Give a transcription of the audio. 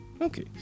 Okay